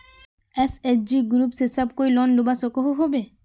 SHG group से सब कोई लोन लुबा सकोहो होबे?